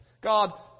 God